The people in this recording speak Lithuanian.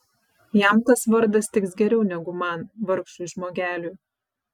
jam tas vardas tiks geriau negu man vargšui žmogeliui